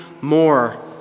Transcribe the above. more